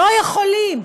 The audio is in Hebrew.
לא יכולים,